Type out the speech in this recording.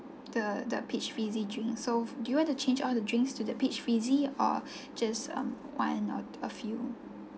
the the peach fizzy drink so do you want to change all the drinks to the peach fizzy or just um one or a few